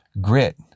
Grit